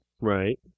Right